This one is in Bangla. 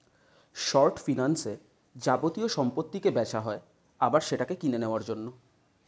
শর্ট ফাইন্যান্সে যাবতীয় সম্পত্তিকে বেচা হয় আবার সেটাকে কিনে নেওয়ার জন্য